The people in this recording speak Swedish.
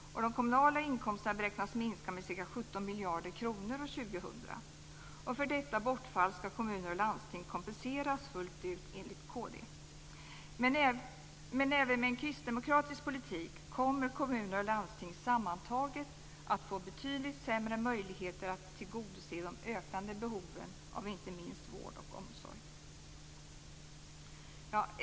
De kommunala inkomsterna beräknas minska med ca 17 miljarder kronor år 2000. För detta bortfall ska kommuner och landsting kompenseras fullt ut enligt kd. Men även med en kristdemokratisk politik kommer kommuner och landsting sammantaget att få betydligt sämre möjligheter att tillgodose de ökande behoven av inte minst vård och omsorg.